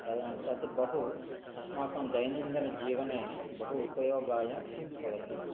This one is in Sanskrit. तदा तत् बहु अस्माकं दैनन्दिनजीवने बहु उपयोगाय भवति